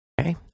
Okay